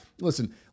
listen